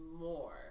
more